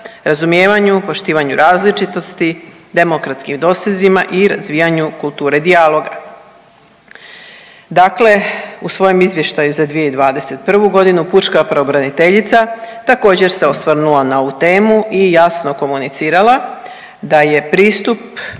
razumijevanju, poštivanju različitosti, demokratskim dosezima i razvijanju kulture dijaloga. Dakle, u svojem Izvještaju za 2021. g. pučka pravobraniteljica također, se osvrnula na ovu temu i jasno komunicirala da je pristup